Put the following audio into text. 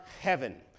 heaven